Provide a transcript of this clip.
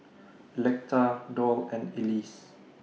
Electa Doll and Elease